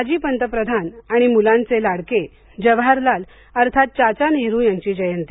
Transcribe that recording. माजी पंतप्रधान आणि मुलांचे लाडके जवाहरलाल अर्थात चाचा नेहरू यांची जयंती